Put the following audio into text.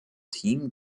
team